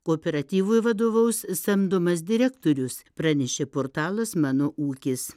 kooperatyvui vadovaus samdomas direktorius pranešė portalas mano ūkis